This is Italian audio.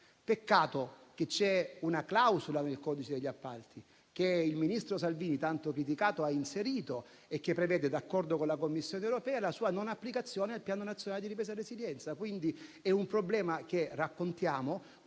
Peccato che ci sia una clausola nel codice degli appalti che il ministro Salvini, tanto criticato, ha inserito e che prevede, d'accordo con la Commissione europea, la sua non applicazione al Piano nazionale di ripresa e resilienza. Quindi è un problema che raccontiamo